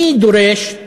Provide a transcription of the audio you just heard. אני דורש,